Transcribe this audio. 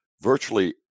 virtually